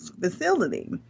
facility